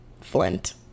flint